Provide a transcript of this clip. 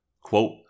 Quote